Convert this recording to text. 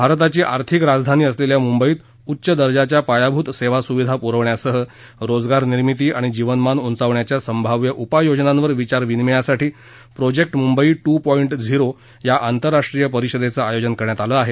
भारताची आर्थिक राजधानी असलेल्या मुंबईत उच्च दर्जाच्या पायाभूत सेवा सुविधा पुरवण्यासह रोजगार निर्मिती आणि जीवनमान उंचावण्याच्या संभाव्य उपाययोजनांवर विचारविनिमयासाठी प्रोजेक्ट मुंबई ट्र पाँडि झिरो या आंतरराष्ट्रीय परिषदेचं आयोजन करण्यात आलं आहे